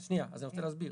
אז אני רוצה להסביר.